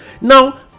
Now